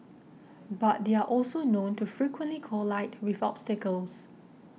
but they are also known to frequently collide with obstacles